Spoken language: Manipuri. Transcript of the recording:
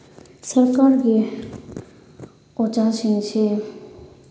ꯁꯔꯀꯥꯔꯒꯤ ꯑꯣꯖꯥꯁꯤꯡꯁꯤ